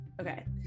Okay